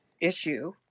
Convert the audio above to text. issue